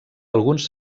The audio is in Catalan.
alguns